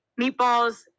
meatballs